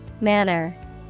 Manner